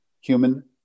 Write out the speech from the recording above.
human